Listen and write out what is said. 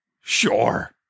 Sure